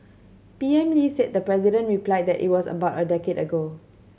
P M Lee said the president replied that it was about a decade ago